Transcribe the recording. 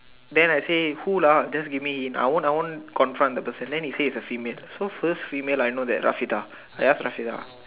then I say who lah just give me I won't I won't confront the person then he say is a female so first female I know that lah Fida I ask lah Fida